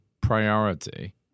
priority